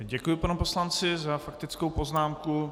Děkuji panu poslanci za faktickou poznámku.